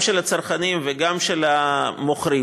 גם של הצרכנים וגם של המוכרים,